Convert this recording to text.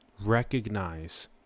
Recognize